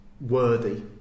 Worthy